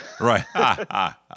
Right